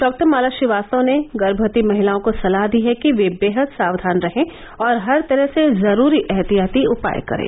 doctor Mala Srivastava ने गर्मवती महिलाओं को सलाह दी है कि वे बेहद सावधान रहें और हर तरह से जरूरी ऐहतियाती उपाय करें